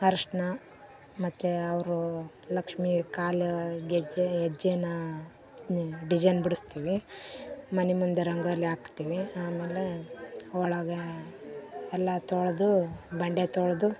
ಅರಿಶ್ಣ ಮತ್ತು ಅವರು ಲಕ್ಷ್ಮೀ ಕಾಲ ಗೆಜ್ಜೆ ಹೆಜ್ಜೆನ ಡಿಜನ್ ಬಿಡಿಸ್ತೀವಿ ಮನೆ ಮುಂದೆ ರಂಗೋಲಿ ಹಾಕ್ತೀವಿ ಆಮೇಲೇ ಒಳಗೆ ಎಲ್ಲಾ ತೊಳೆದು ಬಂಡೆ ತೊಳೆದು